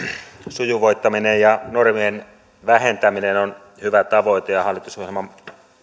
sujuvoittaminen ja normien vähentäminen on hyvä tavoite ja hallitusohjelman